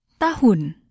Tahun